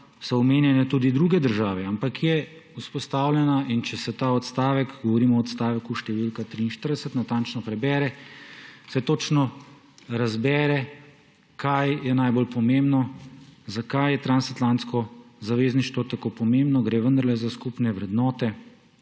so omenjene tudi druge države. Ampak je vzpostavljena, in če se ta odstavek, govorimo o odstavku številka 43, natančno prebere, se točno razbere, kaj je najbolj pomembno, zakaj je transatlantsko zavezništvo tako pomembno. Gre vendarle za skupne vrednote.